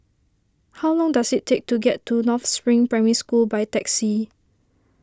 how long does it take to get to North Spring Primary School by taxi